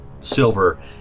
silver